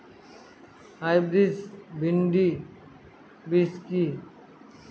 Hybrid ভীন্ডি বীজ কি?